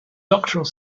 doctoral